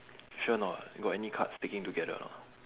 sure or not got any cards sticking together or not